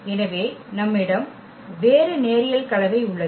எனவே நம்மிடம் வேறு நேரியல் கலவை உள்ளது